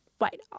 Wait